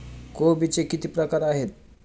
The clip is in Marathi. कोबीचे किती प्रकार आहेत?